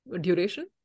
duration